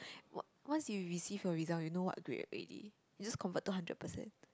o~ once you receive your result you know what grade already you just convert to hundred percent